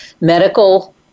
medical